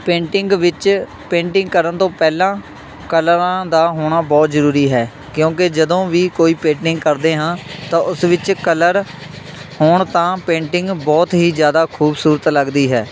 painting ਵਿੱਚ painting ਕਰਨ ਤੋਂ ਪਹਿਲਾਂ ਕਲਰਾਂ ਦਾ ਹੋਣਾ ਬਹੁਤ ਜ਼ਰੂਰੀ ਹੈ ਕਿਉਂਕਿ ਜਦੋਂ ਵੀ ਕੋਈ ਪੇਟਿੰਗ ਕਰਦੇ ਹਾਂ ਤਾਂ ਉਸ ਵਿੱਚ ਕਲਰ ਹੋਣ ਤਾਂ ਪੇਂਟਿੰਗ ਬਹੁਤ ਹੀ ਜ਼ਿਆਦਾ ਖੂਬਸੂਰਤ ਲੱਗਦੀ ਹੈ